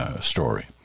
story